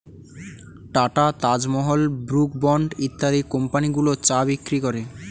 tata, Taj Mahal, Brooke Bond ইত্যাদি কোম্পানিগুলো চা বিক্রি করে